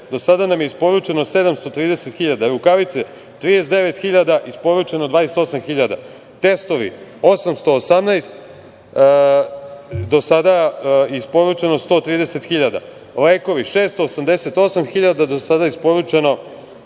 do sada nam je isporučeno 730.000; Rukavice - 39.000, isporučeno 28.000; testovi - 818.000, do sada isporučeno 130.000; lekovi: 688.000, do sada isporučeno